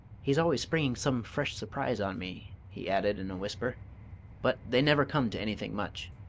he's always springing some fresh surprise on me, he added, in a whisper but they never come to anything much.